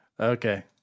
Okay